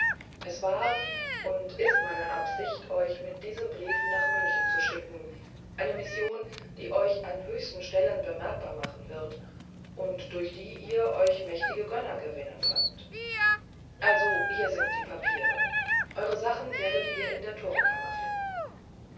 es war und ist meine absicht euch mit diesem briefe nach münchen zu schicken eine mission die euch an höchsten stellen bemerkbar machen wird und durch die ihr euch mächtige gönner gewinnen könnt also hier sind die papiere eure sachen werdet ihr in der turmkammer finden